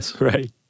Right